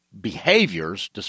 behaviors